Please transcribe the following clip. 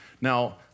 now